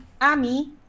Ami